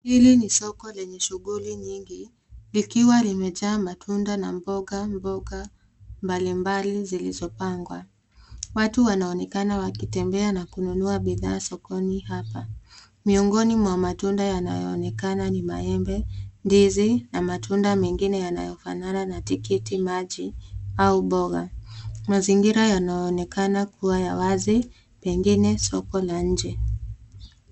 Hili ni soko lenye shughuli miki likiwa limejaa matunda na mboga mbali mbali zilizopangwa, watu wanaonekana wakitembea na kununua bidhaa sokoni hapa. Miongoni mwa matunda yanayo onekana ni manembe, ndizi na matunda mengine yanayofanana na tikiti maji au boga. Mazingirs yanonekana kuwa ya wazi pengine soko la nje.